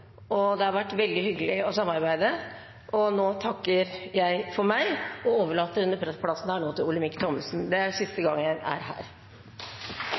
og det har vært veldig hyggelig å samarbeide. Nå takker jeg for meg og overlater denne plassen til Olemic Thommessen. Det er siste gang jeg sitter her.